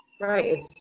Right